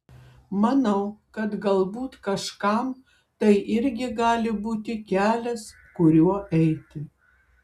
manau kad galbūt kažkam tai irgi gali būti kelias kuriuo eiti